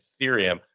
Ethereum